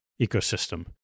ecosystem